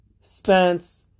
Spence